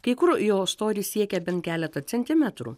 kai kur jo storis siekia bent keletą centimetrų